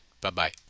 Bye-bye